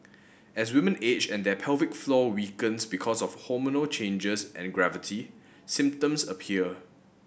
as women age and their pelvic floor weakens because of hormonal changes and gravity symptoms appear